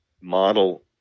model